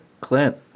Clint